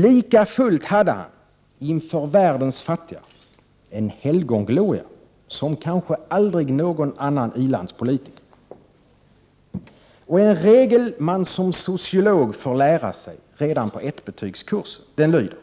Likafullt hade han inför världens fattiga en helgongloria som kanske aldrig någon annan i-landspolitiker haft. En regel man som sociolog får lära sig redan på ettbetygskursen lyder: